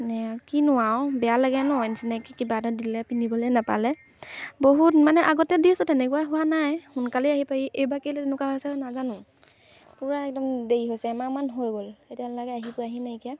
এনেই কিনো আৰু বেয়া লাগে ন কিবা এটা দিলে পিন্ধিবলে নাপালে বহুত মানে আগতে দিছোঁ তেনেকুৱা হোৱা নাই সোনকালেই আহি পায়হি এইবাৰ কেলে তেনেকুৱা হৈছে নাজানো পূৰা একদম দেৰি হৈছে এমাহমান হৈ গ'ল এতিয়ালৈকে আহি পোৱাহি নাইকিয়া